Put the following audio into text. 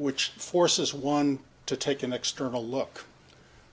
which forces one to take an external look